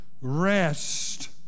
rest